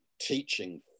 teaching